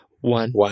One